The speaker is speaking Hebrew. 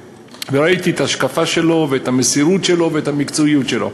ראיתי את ההשקפה שלו ואת המסירות שלו ואת המקצועיות שלו.